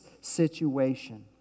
situation